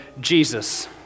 Jesus